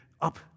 up